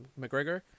McGregor